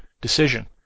decision